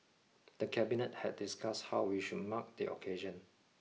the Cabinet had discussed how we should mark the occasion